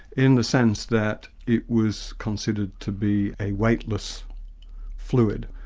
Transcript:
in the sense that it was considered to be a weightless fluid.